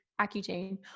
Accutane